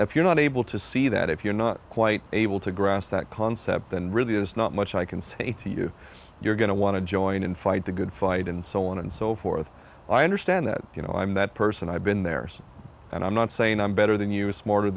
if you're not able to see that if you're not quite able to grasp that concept than really there's not much i can say to you you're going to want to join in fight the good fight and so on and so forth i understand that you know i'm that person i've been there and i'm not saying i'm better than you are smarter